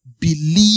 Believe